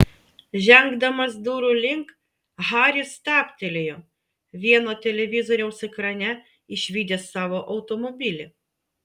žengdamas durų link haris stabtelėjo vieno televizoriaus ekrane išvydęs savo automobilį